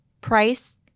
price